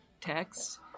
text